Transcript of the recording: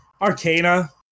arcana